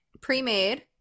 pre-made